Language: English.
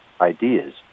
ideas